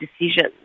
decisions